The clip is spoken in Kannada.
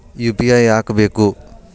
ಯು.ಪಿ.ಐ ಯಾಕ್ ಬೇಕು?